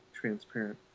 transparent